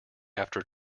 after